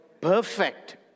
Perfect